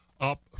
up